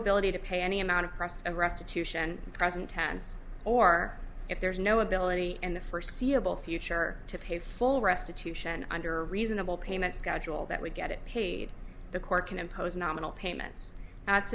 ability to pay any amount of process of restitution present tense or if there is no ability and the for seeable future to pay full restitution under a reasonable payment schedule that would get it paid the court can impose nominal payments that